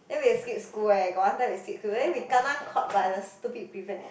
then we skip school eh got one time we skip school then we kena caught by the stupid prefect